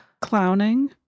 Clowning